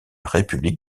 république